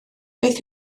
beth